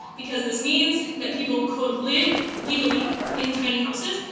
because this means that people could live legally in tiny houses,